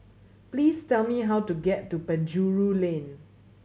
please tell me how to get to Penjuru Lane